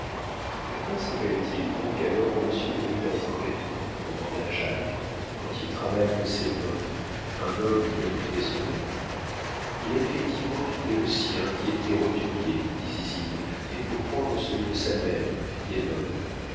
pourquoi s'appelle-t-il donc alors monsieur de rubempré demanda jacques quand il travaille de ses mains un noble doit quitter son nom il a effectivement quitté le sien qui était roturier dit zizine mais pour prendre celui de sa mère qui est noble